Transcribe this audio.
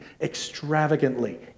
extravagantly